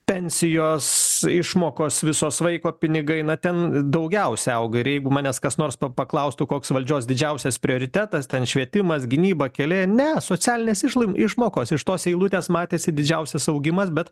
pensijos išmokos visos vaiko pinigai eina ten daugiausiai auga ir jeigu manęs kas nors pa paklaustų koks valdžios didžiausias prioritetas ten švietimas gynyba keliai ne socialinės išlai išmokos iš tos eilutės matėsi didžiausias augimas bet